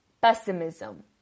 pessimism